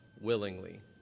willingly